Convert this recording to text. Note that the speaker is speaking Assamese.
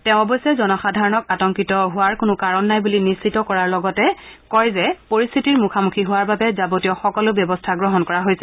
তেওঁ অৱশ্যে জনসাধাৰণক আতংকিত হোৱাৰ কোনো কাৰণ নাই বুলি নিশ্চিত কৰাৰ লগতে কয় যে পৰিস্থিতিৰ মুখামুখি হোৱাৰ বাবে যাবতীয় সকলো ব্যৱস্থা গ্ৰহণ কৰা হৈছে